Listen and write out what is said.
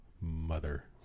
mother